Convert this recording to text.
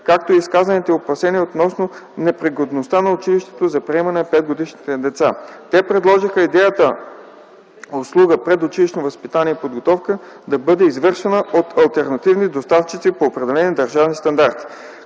както и изказаните опасения относно непригодността на училището за приемане на 5-годишните деца. Те предложиха идеята услугата „Предучилищно възпитание и подготовка” да бъде извършвана от алтернативни доставчици по определени държавни стандарти.